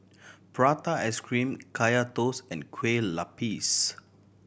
prata ice cream Kaya Toast and Kueh Lopes